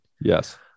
Yes